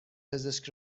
پزشک